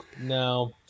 no